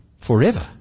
forever